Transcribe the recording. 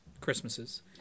Christmases